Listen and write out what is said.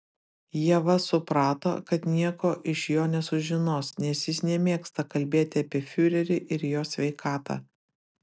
ieva suprato kad nieko iš jo nesužinos nes jis nemėgsta kalbėti apie fiurerį ir jo sveikatą